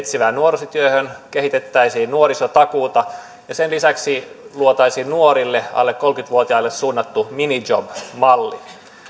etsivään nuorisotyöhön kehitettäisiin nuorisotakuuta ja sen lisäksi luotaisiin nuorille alle kolmekymmentä vuotiaille suunnattu minijob malli